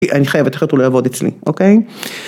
אני חייבת אחרת הוא לא יעבוד אצלי, אוקיי?